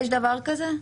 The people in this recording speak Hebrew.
יש דבר כזה?